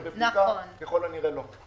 ככל הנראה לא.